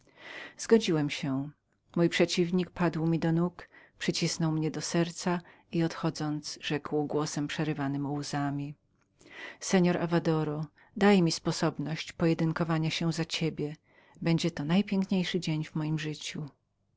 zgodziłem się mój przeciwnik padł mi do nóg przycisnął mnie do serca i odchodząc rzekł głosem przerywanym łzami seor avadoro daj mi sposobność pojedynkowania się za ciebie będzie to najpiękniejszy dzień w mojem życiu